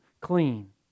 clean